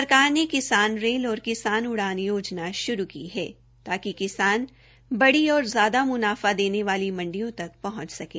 सरकार ने किसान रेल और किसान उड़ान योजना शुरू की है ताकि किसान की बढ़ी और ज्यादा मुनाफा देने वाली मंडियो तक हंच सकें